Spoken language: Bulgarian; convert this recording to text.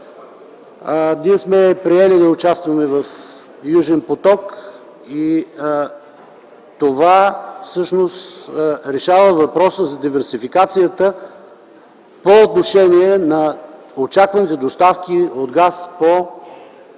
те. Приели сме да участваме в „Южен поток”. Това всъщност решава въпроса за диверсификацията по отношение на очакваните доставки от газ по